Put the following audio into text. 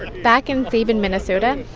back in sabin, minn, so but